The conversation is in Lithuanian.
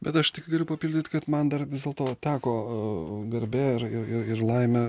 bet aš tik galiu papildyt kad man dar vis dėlto teko garbė ir ir laimė